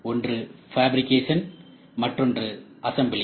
ஒன்று பேப்ரிகேஷன் மற்றொன்று அசம்பிளி